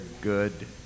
good